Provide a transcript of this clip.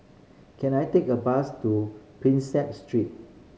can I take a bus to Prinsep Street